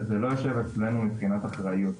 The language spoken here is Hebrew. זה לא יושב אצלנו מבחינת אחריות.